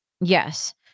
Yes